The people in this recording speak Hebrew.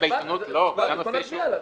בעיתונות --- אז בוא נצביע עליו.